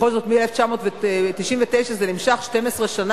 בכל זאת מ-1999 זה נמשך 12 שנה.